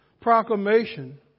proclamation